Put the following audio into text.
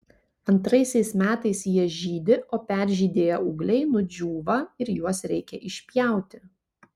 antraisiais metais jie žydi o peržydėję ūgliai nudžiūva ir juos reikia išpjauti